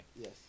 yes